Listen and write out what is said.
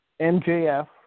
MJF